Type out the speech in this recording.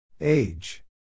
Age